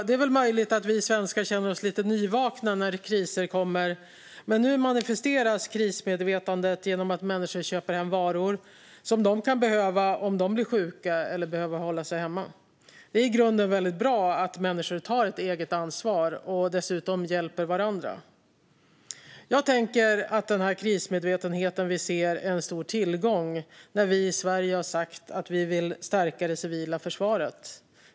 Det är möjligt att vi svenskar känner oss lite nyvakna när kriser kommer, men nu manifesteras krismedvetandet genom att människor köper hem varor som de kan behöva om de blir sjuka eller måste hålla sig hemma. Det är i grunden väldigt bra att människor tar eget ansvar och dessutom hjälper varandra. Jag tänker att den krismedvetenhet vi nu ser är en stor tillgång, då vi i Sverige har sagt att vi vill stärka det civila försvaret.